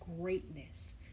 greatness